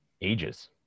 ages